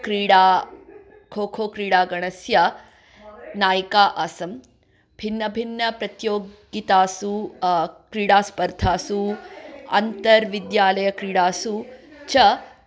क्रीडा खोखो क्रीडा गणस्य नायिका आसन् भिन्न भिन्न प्रतियोगितासु क्रीडास्पर्धासु अन्तर्विद्यालयक्रीडासु च